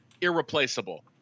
irreplaceable